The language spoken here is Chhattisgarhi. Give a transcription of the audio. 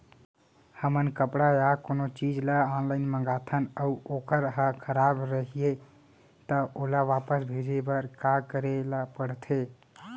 हमन कपड़ा या कोनो चीज ल ऑनलाइन मँगाथन अऊ वोकर ह खराब रहिये ता ओला वापस भेजे बर का करे ल पढ़थे?